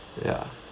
ya